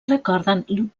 recorden